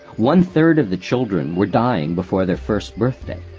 one-third of the children were dying before their first birthday,